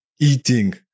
Eating